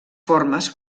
formes